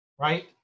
right